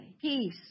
peace